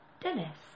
Dennis